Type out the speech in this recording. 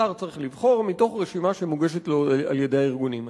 השר צריך לבחור מתוך רשימה שמוגשת לו על-ידי הארגונים האלה.